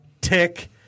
tick